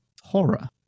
horror